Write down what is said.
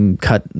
cut